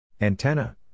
Antenna